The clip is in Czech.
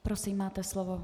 Prosím, máte slovo.